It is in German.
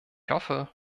hoffe